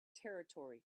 territory